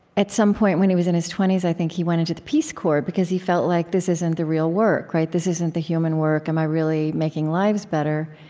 at some point when he was in his twenty s, i think he went into the peace corps, because he felt like this isn't the real work this isn't the human work. am i really making lives better?